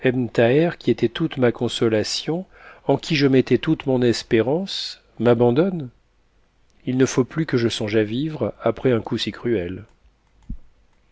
qui était toute ma consolation en qui jè mettais toute mon espérance m'abandonne ï ne faut plus que je songe à vivre après un coup si cruel